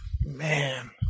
man